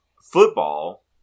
Football